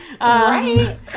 right